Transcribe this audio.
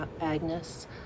Agnes